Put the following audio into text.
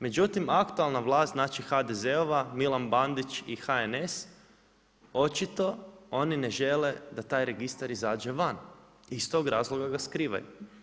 Međutim, aktualna vlast znači HDZ-ova Milan Bandić i HNS očito oni ne žele da taj registar izađe van i iz tog razloga ga skrivaju.